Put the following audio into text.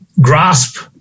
grasp